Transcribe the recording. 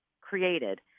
created